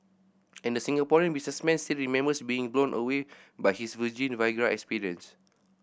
and the Singaporean businessman still remembers being blown away by his virgin Viagra experience